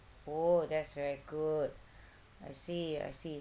oh that's very good I see I see